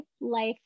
life